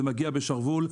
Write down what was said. זה מגיע בשרוול.